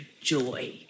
joy